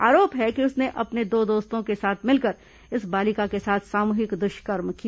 आरोप है कि उसने अपने दो दोस्तों के साथ मिलकर इस बालिका के साथ सामूहिक दुष्कर्म किया